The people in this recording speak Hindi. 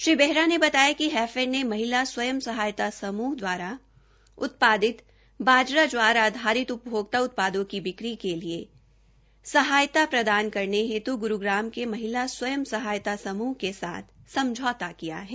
श्री बेहरा ने बताया कि हैफेड ने महिला स्वय सहायता समूह द्वारा उत्पादित बाजरा ज्वार आधारित उपभोक्ता उत्पादों की बिक्री के लिए सहायता प्रदान करने हेत् ग्रूग्राम के महिला स्वयं सहायता समूह के साथ समझौता किया है